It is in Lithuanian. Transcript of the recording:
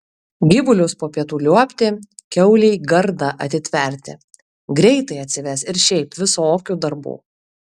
gyvulius po pietų liuobti kiaulei gardą atitverti greitai atsives ir šiaip visokių darbų